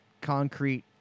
concrete